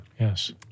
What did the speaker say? Yes